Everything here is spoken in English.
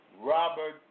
Robert